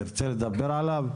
תרצה לדבר עליו?